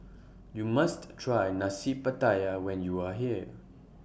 YOU must Try Nasi Pattaya when YOU Are here